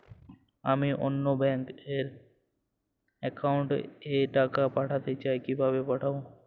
আমি অন্য ব্যাংক র অ্যাকাউন্ট এ টাকা পাঠাতে চাই কিভাবে পাঠাবো?